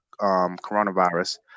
coronavirus